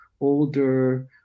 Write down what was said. older